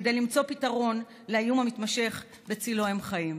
כדי למצוא פתרון לאיום המתמשך שבצילו הם חיים,